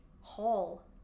hall